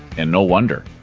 and no wonder.